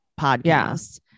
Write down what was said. podcast